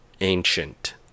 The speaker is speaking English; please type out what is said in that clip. Ancient